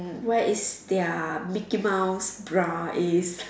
where is their mickey mouse bra in